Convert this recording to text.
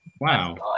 Wow